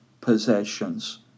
possessions